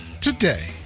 today